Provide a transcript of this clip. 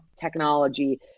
technology